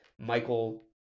Michael